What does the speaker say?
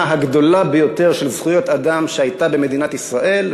הגדולה ביותר של זכויות אדם שהייתה במדינת ישראל,